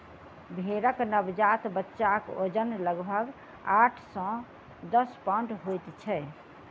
भेंड़क नवजात बच्चाक वजन लगभग आठ सॅ दस पाउण्ड होइत छै